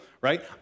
right